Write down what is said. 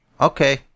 Okay